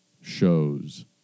shows